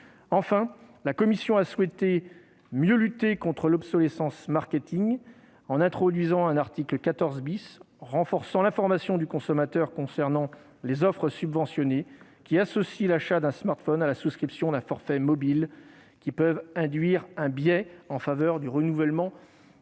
Enfin, la commission a souhaité mieux lutter contre l'obsolescence « marketing » en introduisant un article 14 qui renforce l'information du consommateur concernant les offres « subventionnées », qui, associant l'achat d'un smartphone à la souscription d'un forfait mobile, peuvent induire un biais en faveur du renouvellement